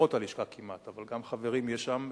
חברות הלשכה כמעט, אבל גם חברים יש שם,